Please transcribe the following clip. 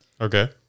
Okay